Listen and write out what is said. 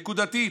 נקודתית,